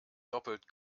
doppelt